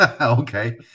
Okay